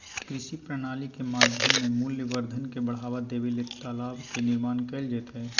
कृषि प्रणाली के माध्यम से मूल्यवर्धन के बढ़ावा देबे ले तालाब के निर्माण कैल जैतय